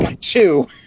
Two